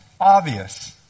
obvious